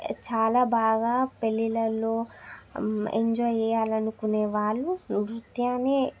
చాలా బాగా పెళ్ళిలలో ఎంజాయ్ చేయాలి అనుకునేవాళ్ళు నృత్యాన్నే